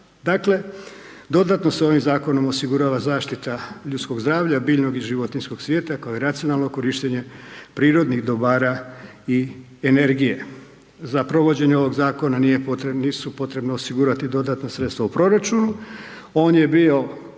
Dakle dodatno se ovim zakonom osigurava zaštita ljudskog zdravlja, biljnog i životinjskog svijeta kao i racionalno korištenje prirodnih dobara i energije. Za provođenje ovog zakona nije potrebno osigurati dodatna sredstva u proračunu, on je bio